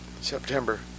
September